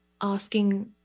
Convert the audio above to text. asking